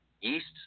yeasts